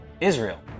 Israel